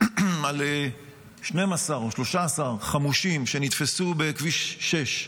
על 12 או 13 חמושים שנתפסו בכביש 6,